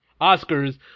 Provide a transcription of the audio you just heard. Oscars